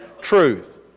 truth